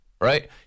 Right